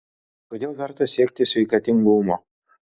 kodėl verta siekti sveikatingumo